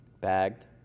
Bagged